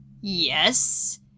Yes